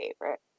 favorite